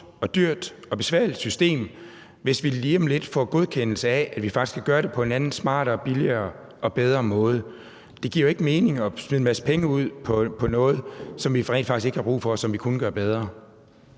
og dyrt og besværligt system, hvis vi lige om lidt får en godkendelse af, at vi faktisk kan gøre det på en anden, smartere, billigere og bedre måde? Det giver jo ikke mening at smide en masse penge ud på noget, som vi rent faktisk ikke har brug for, og som vi kunne gøre bedre.